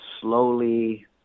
slowly